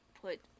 put